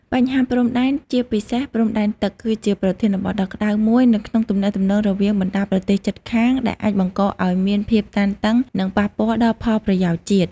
បញ្ហាព្រំដែន ជាពិសេសព្រំដែនទឹក គឺជាប្រធានបទដ៏ក្តៅមួយនៅក្នុងទំនាក់ទំនងរវាងបណ្តាប្រទេសជិតខាង ដែលអាចបង្កឱ្យមានភាពតានតឹង និងប៉ះពាល់ដល់ផលប្រយោជន៍ជាតិ។